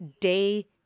day